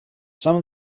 some